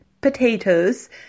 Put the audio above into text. potatoes